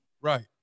Right